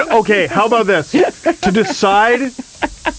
okay, how about this? yeah to decide.